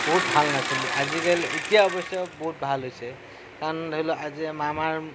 বহুত ভাল নাছিলে আজিকালি এতিয়া অৱশ্যে বহুত ভাল হৈছে কাৰণ ধৰিলওক আজি আমাৰ